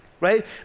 right